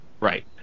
Right